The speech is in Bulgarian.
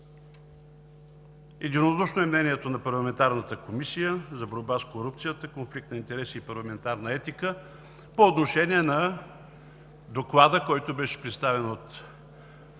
Единодушно е мнението на парламентарната Комисия за борба с корупцията, конфликт на интереси и парламентарна етика по отношение на Доклада, който беше представен от